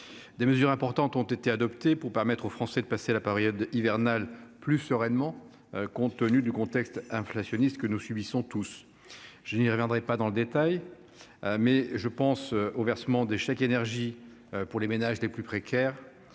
Des mesures importantes ont été adoptées pour permettre aux Français de passer la période hivernale plus sereinement, compte tenu du contexte inflationniste que nous subissons tous. Je n'y reviendrai pas dans le détail, mais je pense au versement des chèques énergie pour les ménages les plus précaires